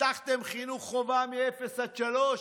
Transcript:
הבטחתם חינוך חובה מאפס עד שלוש.